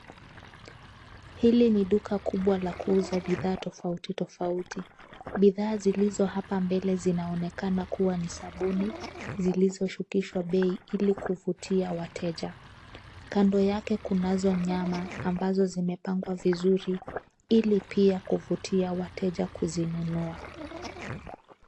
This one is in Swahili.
Hili ni duka kubwa la kuuza bidhaa tofauti tofauti. Bidhaa zilizo hapa mbele zinaonekana kuwa ni sabuni zilizoshukishwa bei ili kuvutia wateja. Kando yake kunazo nyama ambazo zimepangwa vizuri ili pia kuvutia wateja kuzinunua.